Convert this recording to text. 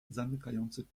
zamykających